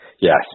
yes